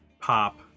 pop